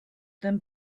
them